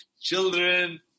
Children